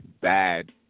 bad